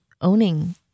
owning